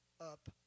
up